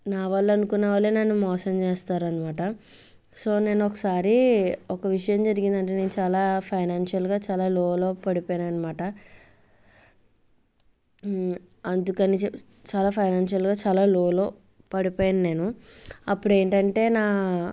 నా వాళ్ళు అనుకున్న వాళ్ళే నన్ను మోసం చేస్తారు అనమాట సో నేను ఒకసారి ఒక విషయం జరిగిందండి నేను చాలా ఫైనాన్షియల్గా చాలా లోలో పడిపోయాను అనమాట అందుకని చెప్పి చాలా ఫైనాన్షియల్గా చాలా లోలో పడిపోయాను నేను అప్పుడు ఏంటంటే నా